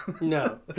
no